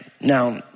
Now